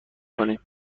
کنیم